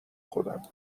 خودم